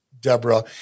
Deborah